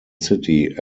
city